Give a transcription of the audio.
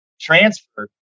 transferred